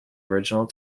original